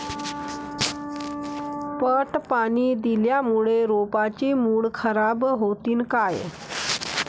पट पाणी दिल्यामूळे रोपाची मुळ खराब होतीन काय?